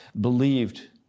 Believed